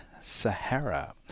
sahara